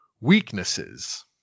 Weaknesses